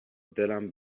دلم